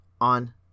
on